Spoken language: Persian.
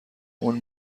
اون